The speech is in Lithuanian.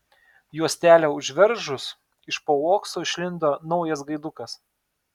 juostelę užveržus iš po uokso išlindo naujas gaidukas